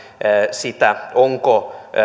sitä onko siirtyminen